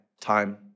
time